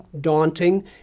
daunting